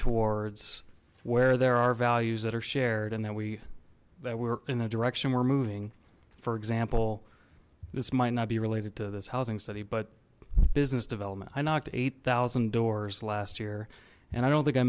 towards where there are values that are shared and that we that we're in the direction we're moving for example this might not be related to this housing study but business development i knocked eight thousand doors last year and i don't think i